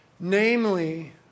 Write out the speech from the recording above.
Namely